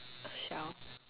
shelf